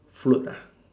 float ah